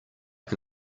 can